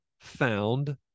found